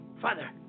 Father